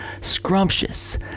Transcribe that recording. scrumptious